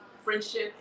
friendship